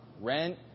rent